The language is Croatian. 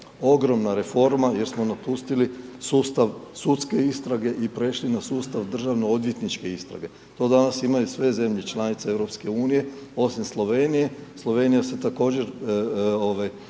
ogromna reforma jer smo napustili sustav sudske istrage i prešli na sustav državno odvjetničke istrage. To danas imaju sve zemlje članice EU, osim Slovenije. Slovenija se također